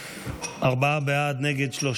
ארבעה בעד, 13 נגד.